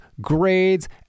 grades